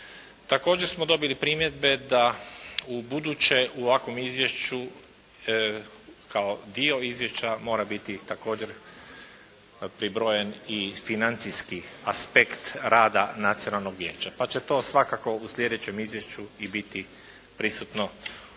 Također smo dobili primjedbe da ubuduće u ovakvom izvješću kao dio izvješća mora biti također pribrojen i financijski aspekt rata Nacionalnog vijeća pa će to svakako u sljedećem izvješću i biti prisutno u